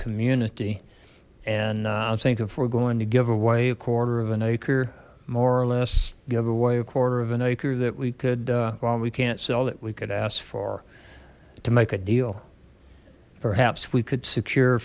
community and i think if we're going to give away a quarter of an acre more or less give away a quarter of an acre that we could well we can't sell that we could ask for to make a deal perhaps we could secure